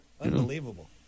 Unbelievable